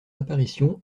apparition